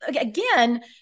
again